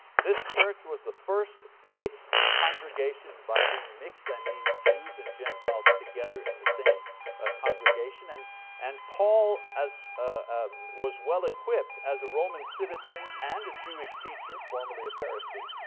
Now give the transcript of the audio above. this church was the first mixed congregation. by being mixed, i mean, jews and gentiles together in the same ah congregation. and and paul ah um was well-equipped as a roman citizen and a jewish teacher, formerly a pharisee,